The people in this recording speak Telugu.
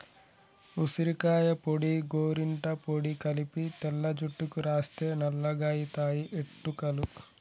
ఉసిరికాయ పొడి గోరింట పొడి కలిపి తెల్ల జుట్టుకు రాస్తే నల్లగాయితయి ఎట్టుకలు